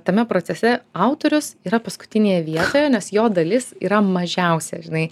tame procese autorius yra paskutinėje vietoje nes jo dalis yra mažiausia žinai